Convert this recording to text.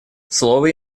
слово